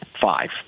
five